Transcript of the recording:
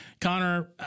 Connor